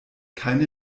keine